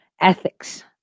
ethics